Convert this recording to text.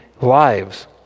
lives